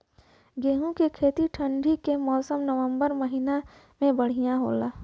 गेहूँ के खेती ठंण्डी के मौसम नवम्बर महीना में बढ़ियां होला?